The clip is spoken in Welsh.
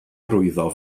arwyddo